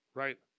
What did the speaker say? right